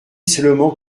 seulement